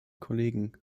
kollegen